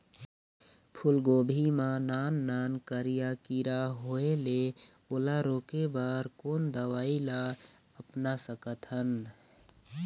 फूलगोभी मा नान नान करिया किरा होयेल ओला रोके बर कोन दवई ला अपना सकथन?